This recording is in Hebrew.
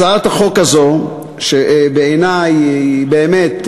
הצעת החוק הזאת, שבעיני היא באמת,